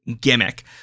gimmick